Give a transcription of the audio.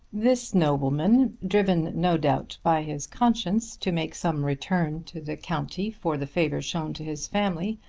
this nobleman, driven no doubt by his conscience to make some return to the country for the favour shown to his family,